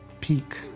peak